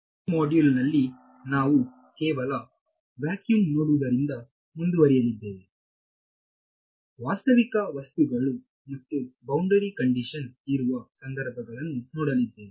ಈ ಮಾಡ್ಯೂಲ್ನಲ್ಲಿ ನಾವು ಕೇವಲ ವ್ಯಾಕ್ಯೂಮ್ ಇಂದ ಮುಂದುವರಿಯಲಿದ್ದೇವೆ ವಾಸ್ತವಿಕ ವಸ್ತುಗಳು ಮತ್ತು ಬೌಂಡರಿ ಕಂಡೀಶನ್ ಇರುವ ಸಂದರ್ಭಗಳನ್ನು ನೋಡಲಿದ್ದೇವೆ